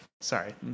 Sorry